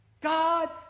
God